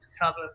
cover